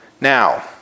Now